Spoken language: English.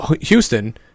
Houston